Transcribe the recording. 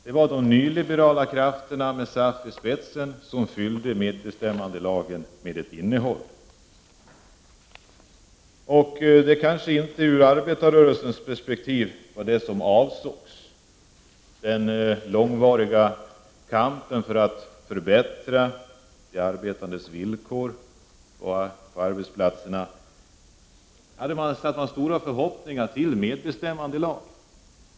Det var de nyliberala krafterna med SAF i spetsen som fyllde medbestämmandelagen med ett innehåll, och det var kanske inte ur arbetarrörelsens perspektiv det som avsågs. Mot bakgrund av den långvariga kampen för att förbättra de arbetandes villkor på arbetsplatserna hade man stora förhoppningar på medbestämmandelagen.